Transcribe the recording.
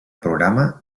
programa